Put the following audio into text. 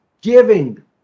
giving